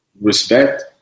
Respect